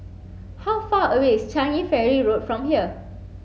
how far away is Changi Ferry Road from here